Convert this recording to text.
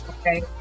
okay